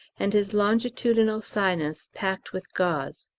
and his longitudinal sinus packed with gauze.